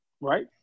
right